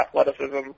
athleticism